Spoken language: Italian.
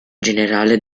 generale